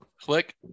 Click